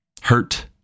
hurt